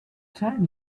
time